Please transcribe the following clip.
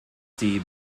die